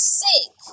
sick